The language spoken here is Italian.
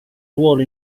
ruolo